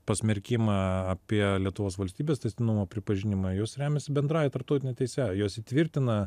pasmerkimą apie lietuvos valstybės tęstinumo pripažinimą jos remiasi bendrąja tarptautine teise jos įtvirtina